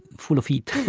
full of heat,